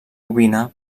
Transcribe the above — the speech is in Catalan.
ovina